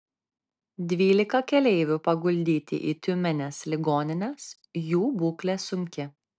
dvylika keleivių paguldyti į tiumenės ligonines jų būklė sunki